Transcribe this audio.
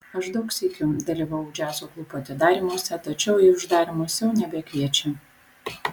aš daug sykių dalyvavau džiazo klubų atidarymuose tačiau į uždarymus jau nebekviečia